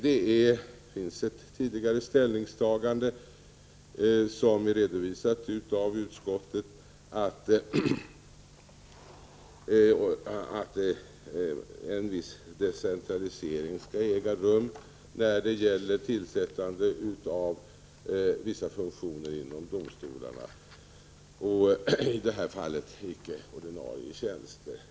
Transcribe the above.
Det finns ett tidigare ställningstagande, som är redovisat av utskottet, om att en viss decentralisering skall äga rum när det gäller tillsättandet av vissa tjänster inom domstolarna, i detta fall icke-ordinarie tjänster.